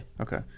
Okay